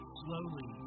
slowly